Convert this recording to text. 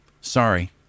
sorry